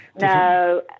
No